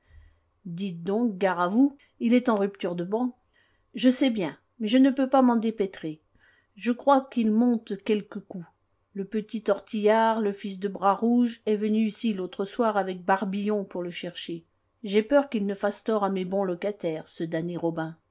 donc gare à vous il est en rupture de ban je sais bien mais je ne peux pas m'en dépêtrer je crois qu'il monte quelque coup le petit tortillard le fils de bras rouge est venu ici l'autre soir avec barbillon pour le chercher j'ai peur qu'il ne fasse tort à mes bons locataires ce damné robin